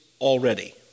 already